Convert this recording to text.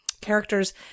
characters